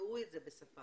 ישמעו את זה בשפה.